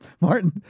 Martin